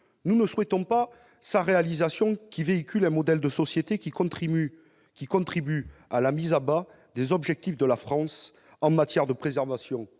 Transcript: nous ne souhaitons pas la réalisation de ce projet, qui véhicule un modèle de société contribuant à la mise à bas des objectifs de la France en matière de préservation